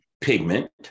pigment